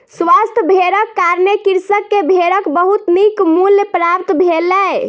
स्वस्थ भेड़क कारणें कृषक के भेड़क बहुत नीक मूल्य प्राप्त भेलै